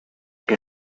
que